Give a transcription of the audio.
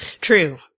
True